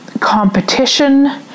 competition